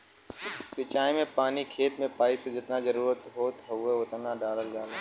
सिंचाई में पानी खेत में पाइप से जेतना जरुरत होत हउवे ओतना डालल जाला